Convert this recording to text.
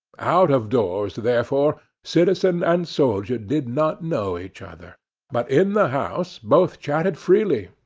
out of doors, therefore, citizen and soldier did not know each other but in the house both chatted freely,